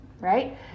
right